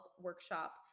workshop